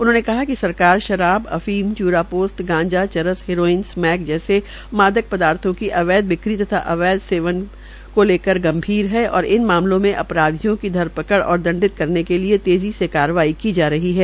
उन्होंने कहा कि सरकार शराब अफीम चूरा पोस्त गांजा चरस हेरोइन स्मैक जैसे मादक पदार्थों की अवैध बिक्री तथा अवैध सेवन को लेकर गम्भीर है और इन मामलों में अपराधियों की धरपकड़ और दंडित करने के लिए तेजी से कार्रवाई की जा रही है